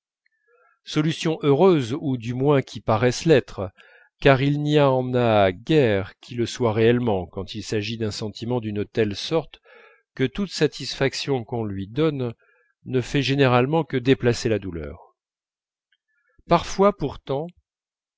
solutions heureuses ou du moins qui paraissent l'être car il n'y en a guère qui le soient réellement quand il s'agit d'un sentiment d'une telle sorte que toute satisfaction qu'on lui donne ne fait généralement que déplacer la douleur parfois pourtant